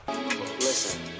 Listen